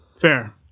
Fair